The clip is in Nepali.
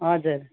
हजुर